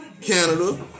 Canada